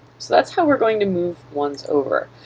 so that's how we're going to move ones over.